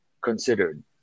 considered